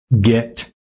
get